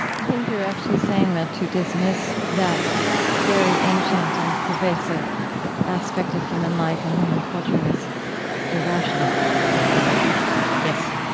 i think you're actually saying that to dismiss that very ancient and pervasive aspect of human life and human culture is irrational on some level yes